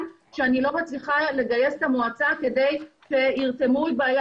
שאני לא מצליחה לגייס את המועצה כדי שירתמו את בעלי